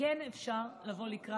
הזכרתי את מה שנעשה פה לגבי,